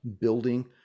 building